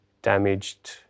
damaged